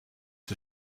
her